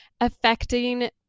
affecting